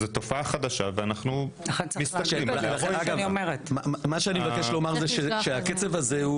זו תופעה חדשה ואנחנו נסתכל --- מה שאני מבקש לומר כמו שאמר